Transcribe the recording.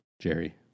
Jerry